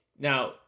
Now